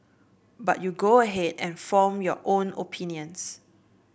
but you go ahead and form your own opinions